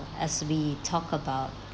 as we talk about